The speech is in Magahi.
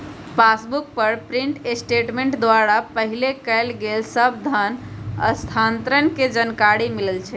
पासबुक पर प्रिंट स्टेटमेंट द्वारा पहिले कएल गेल सभ धन स्थानान्तरण के जानकारी मिलइ छइ